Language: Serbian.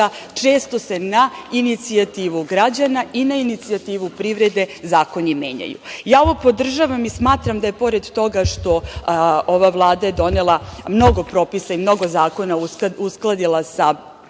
često se na inicijativu građana i na inicijativu privrede, zakoni menjaju. Ja ovo podržavam i smatram da pored toga, što ova Vlada je donela mnogo propisa i mnogo zakona uskladila sa zakonima